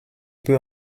peut